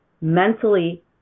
Mentally